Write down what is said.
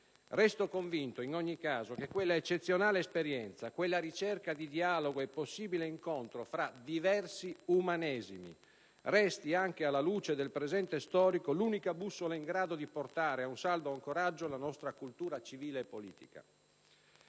Resto convinto in ogni caso che quella eccezionale esperienza, quella ricerca di dialogo e possibile incontro tra diversi umanesimi resti, anche alla luce del presente storico, l'unica bussola in grado di portare ad un saldo ancoraggio la nostra cultura civile e politica.